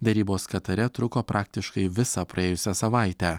derybos katare truko praktiškai visą praėjusią savaitę